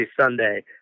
Sunday